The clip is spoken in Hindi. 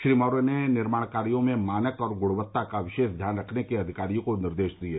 श्री मौर्य ने निर्माण कार्यो में मानक और गृणवत्ता का विशेष ध्यान रखने के अधिकारियों को निर्देश दिये